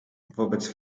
wobec